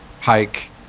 hike